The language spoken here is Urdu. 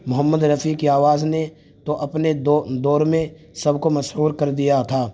محمد رفیع کی آواز نے تو اپنے دور میں سب کو محصور کر دیا تھا